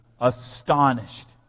astonished